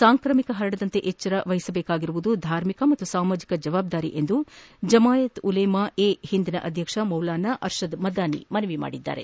ಸಾಂಕ್ರಾಮಿಕ ಪರಡದಂತೆ ಎಚ್ವರ ವಹಿಸಬೇಕಾಗಿರುವುದು ಧಾರ್ಮಿಕ ಮತ್ತು ಸಮಾಜಕ ಜವಾಬ್ದಾರಿಯಾಗಿದೆ ಎಂದು ಜಮಾಯತ್ ಉಲೇಮ ಎ ಹಿಂದ್ ನ ಅಧ್ಯಕ್ಷ ಮೌಲಾನಾ ಅರ್ಷದ್ ಮದಾನಿ ಮನವಿ ಮಾಡಿದ್ದಾರೆ